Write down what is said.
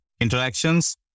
interactions